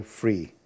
free